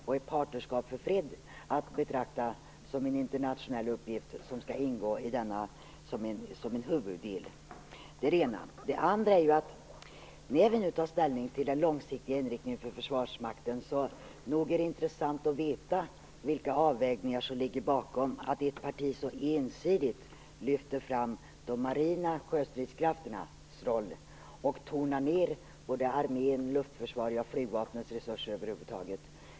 Är Partnerskap för fred att betrakta som en internationell uppgift som skall ingå i detta som en huvuddel? Det är det ena. Det andra är att när vi nu tar ställning till den långsiktiga inriktningen för Försvarsmakten är det intressant att veta vilka avvägningar som ligger bakom att ert parti så ensidigt lyfter fram de marina sjöstridskrafternas roll och tonar ned arméns, luftförsvarets och flygvapnets resurser över huvud taget.